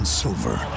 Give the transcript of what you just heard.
silver